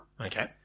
Okay